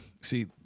See